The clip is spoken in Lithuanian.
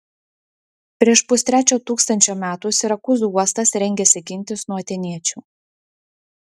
prieš pustrečio tūkstančio metų sirakūzų uostas rengėsi gintis nuo atėniečių